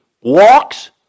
walks